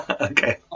Okay